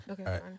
Okay